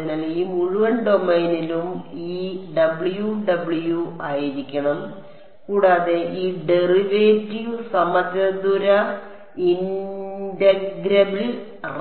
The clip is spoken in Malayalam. അതിനാൽ ഈ മുഴുവൻ ഡൊമെയ്നിലും ഈ W W ആയിരിക്കണം കൂടാതെ ഈ ഡെറിവേറ്റീവ് സമചതുര ഇന്റഗ്രബിൾ